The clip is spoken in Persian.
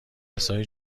عصای